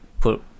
put